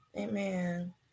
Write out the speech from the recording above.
Amen